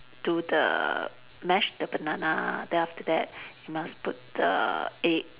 do the mash the banana then after that you must put the egg